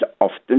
often